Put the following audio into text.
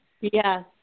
Yes